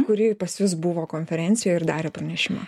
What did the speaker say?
kuri pas jus buvo konferencijoj ir darė pranešimą